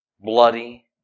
bloody